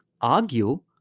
argue